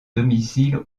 domicile